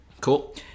Cool